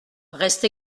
reste